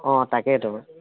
অঁ তাকেইতো